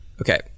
Okay